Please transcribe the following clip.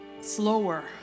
slower